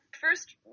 first